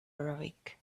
arabic